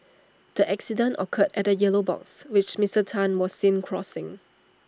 the accident occurred at A yellow box which Mister Tan was seen crossing